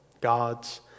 God's